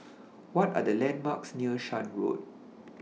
What Are The landmarks near Shan Road